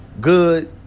good